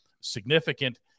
significant